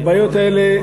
הבעיות האלה,